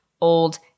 old